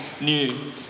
new